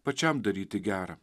pačiam daryti gera